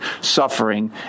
suffering